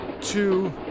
Two